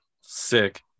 Sick